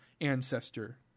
ancestor